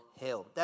Hill